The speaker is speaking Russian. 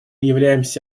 являемся